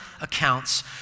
accounts